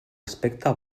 aspecte